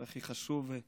והכי חשוב,